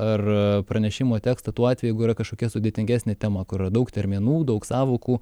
ar pranešimo tekstą tuo atveju yra kažkokia sudėtingesnė tema kur yra daug terminų daug sąvokų